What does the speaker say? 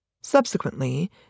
Subsequently